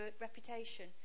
reputation